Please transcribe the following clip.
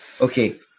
okay